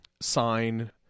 sign